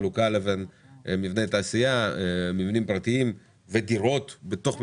החלוקה בין מבני התעשייה לבין מבנים פרטיים ודירות בתוך מבנים.